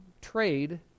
trade